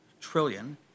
trillion